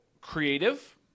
creative